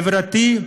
חברתי,